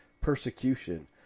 persecution